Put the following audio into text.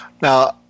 Now